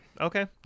Okay